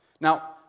Now